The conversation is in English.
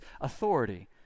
authority